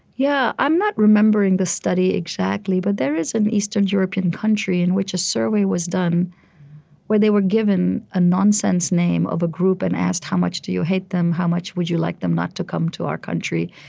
yeah i'm not remembering this study exactly, but there is an eastern european country in which a survey was done where they were given a nonsense name of a group and asked, how much do you hate them? how much would you like them not to come to our country?